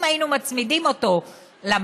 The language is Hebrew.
אם היינו מצמידים אותו למדד,